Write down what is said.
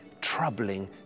troubling